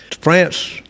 France